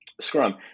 scrum